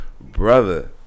Brother